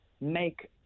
make